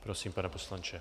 Prosím, pane poslanče.